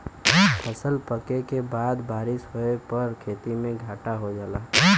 फसल पके के बाद बारिस होए पर खेती में घाटा हो जाला